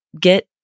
get